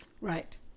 Right